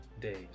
days